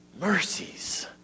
mercies